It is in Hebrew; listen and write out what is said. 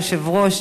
היושב-ראש,